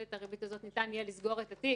את הריבית הזאת ניתן יהיה לסגור את התיק,